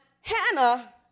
Hannah